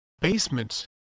basements